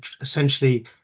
essentially